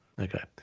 Okay